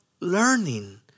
learning